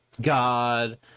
God